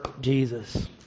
Jesus